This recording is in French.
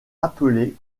appelées